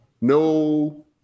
no